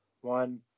One